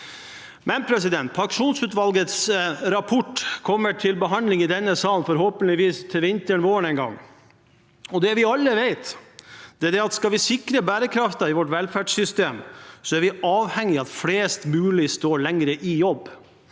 av kvartalet.» Pensjonsutvalgets rapport kommer til behandling i denne salen, forhåpentligvis til vinteren eller våren en gang. Det vi alle vet, er at skal vi sikre bærekraften i vårt velferdssystem, er vi avhengig av at flest mulig står lenger i jobb,